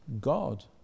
God